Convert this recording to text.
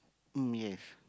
mm yes